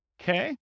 Okay